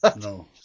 No